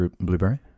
blueberry